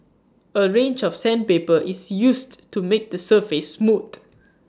A range of sandpaper is used to make the surface smooth